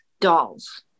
dolls